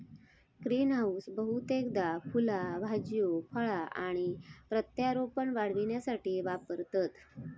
greenhouse बहुतेकदा फुला भाज्यो फळा आणि प्रत्यारोपण वाढविण्यासाठी वापरतत